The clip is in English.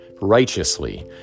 righteously